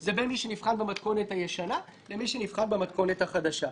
זה בין מי שנבחן במתכונת הישנה לבין מי שנבחן במתכונת החדשה.